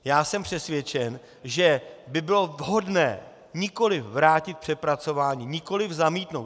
Já jsem přesvědčen, že by bylo vhodné nikoliv vrátit k přepracování, nikoliv zamítnout.